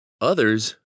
others